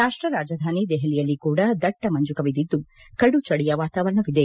ರಾಷ್ಟ ರಾಜಧಾನಿ ದೆಹಲಿಯಲ್ಲಿ ಕೂಡ ದಟ್ಟ ಮಂಜು ಕವಿದಿದ್ದು ಕಡು ಚಳಿಯ ವಾತಾವರಣವಿದೆ